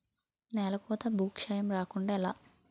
నేలకోత భూక్షయం రాకుండ ఎలా?